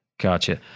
Gotcha